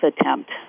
attempt